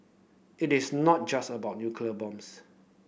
it is not just about nuclear bombs